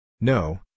No